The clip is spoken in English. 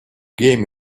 game